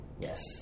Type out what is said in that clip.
Yes